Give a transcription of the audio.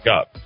up